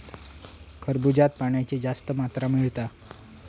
खरबूज्यात पाण्याची जास्त मात्रा मिळता